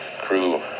Crew